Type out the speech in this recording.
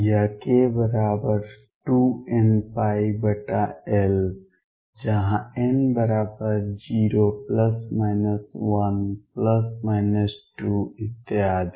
या k2nπL जहां n0±1±2 इत्यादि